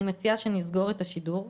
אני מציעה שנסגור את השידור.